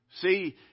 See